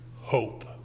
hope